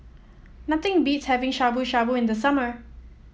nothing beats having Shabu Shabu in the summer